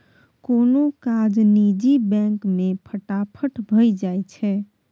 कोनो काज निजी बैंक मे फटाफट भए जाइ छै